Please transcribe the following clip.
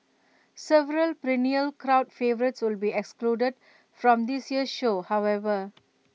several perennial crowd favourites will be excluded from this year's show however